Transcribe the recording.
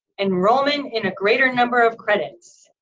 enrollment in a greater number of credits.